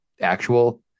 actual